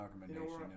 recommendation